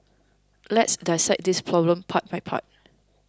let's dissect this problem part by part